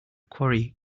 quarry